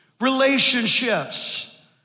relationships